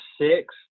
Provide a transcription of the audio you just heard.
six